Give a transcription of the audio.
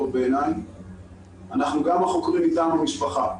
אנחנו גם החוקרים מטעם המשפחה.